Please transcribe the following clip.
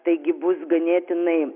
taigi bus ganėtinai